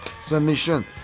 Submission